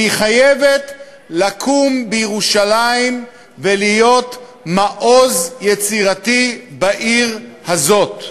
והיא חייבת לקום בירושלים ולהיות מעוז יצירתי בעיר הזאת.